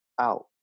out